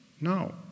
no